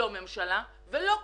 לא ממשלה ולא כנסת,